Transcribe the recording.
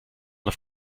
auf